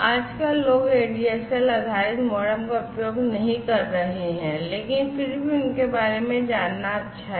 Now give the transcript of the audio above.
आजकल लोग ADSL आधारित मोडेम का उपयोग नहीं कर रहे हैं लेकिन फिर भी उनके बारे में जानना अच्छा है